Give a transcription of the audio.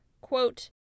quote